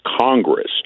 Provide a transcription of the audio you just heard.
Congress